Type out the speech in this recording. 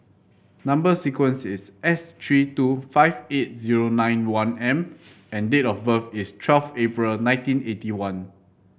number sequence is S three two five eight zero nine one M and date of birth is twelve April nineteen eighty one